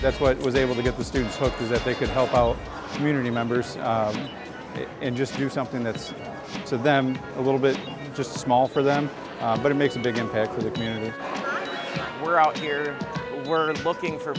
that's what was able to give the students hope that they could help our community members and just do something that's so them a little bit just small for them but it makes a big impact on the community we're out here we're looking for